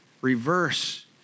reverse